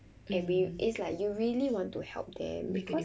and be it's like you really want to help them because